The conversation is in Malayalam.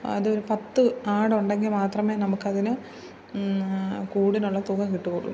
അതൊരു പത്ത് ആട് ഉണ്ടെങ്കിൽ മാത്രമേ നമുക്ക് അതിന് കൂടിനുള്ള തുക കിട്ടുകയുളളൂ